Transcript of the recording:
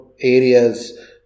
areas